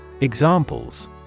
Examples